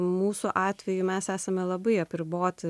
mūsų atveju mes esame labai apriboti